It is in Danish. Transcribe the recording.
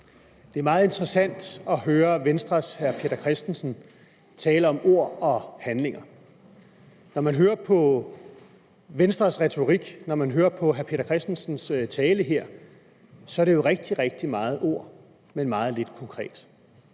Det er meget interessant at høre Venstres hr. Peter Christensen tale om ord og handlinger. Når man hører på Venstres retorik, når man hører på hr. Peter Christensens tale her, er det jo rigtig, rigtig mange ord, men meget lidt konkret.